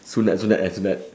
sunat sunat eh sunat